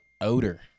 Odor